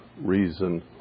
reason